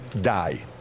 die